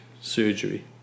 surgery